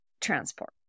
transport